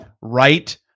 right